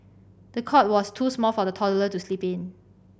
the cot was too small for the toddler to sleep in